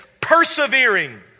persevering